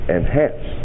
Enhance